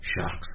sharks